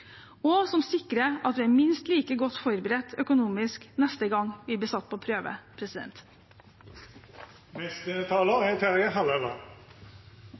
og som sikrer at vi er minst like godt forberedt økonomisk neste gang vi blir satt på prøve.